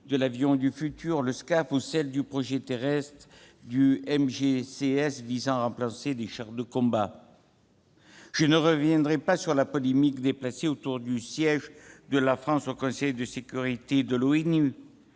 de l'avion du futur, le SCAF, ou dans celle du projet terrestre MGCS, visant à remplacer les chars de combat. Je ne reviendrai pas sur la polémique déplacée qui s'est développée autour du siège de la France au Conseil de sécurité de l'ONU,